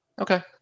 Okay